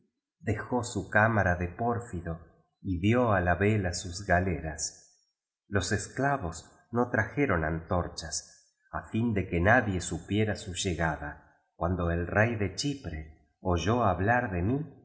dejó sm cámara de pórfido y dio á la vela sus galeras los esclavos no trajeron antorchas á fin de que nadie supiera su llegada cuan do el rey de chipre oyó hablar de mi